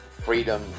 freedom